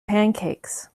pancakes